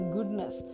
Goodness